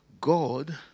God